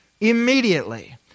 Immediately